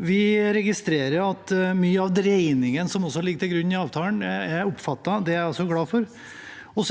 Vi registrerer at mye av dreiningen som ligger til grunn for avtalen, er oppfattet. Det er jeg også glad for.